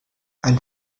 ein